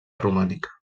romànica